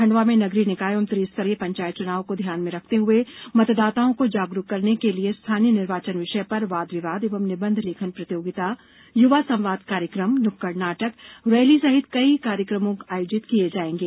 खण्डवा में नगरीय निकाय एवं त्रि स्तरीय पंचायत चूनाव को ध्यान में रखते हुए मतदाताओं को जागरूक करने के लिये स्थानीय निर्वाचन विषय पर वाद विवाद एवं निबंध लेखन प्रतियोगिता युवा संवाद कार्यक्रम नुक्कड़ नाटक रैली सहित कई कार्यक्रमो आयोजित किये जाएंगे